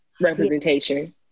representation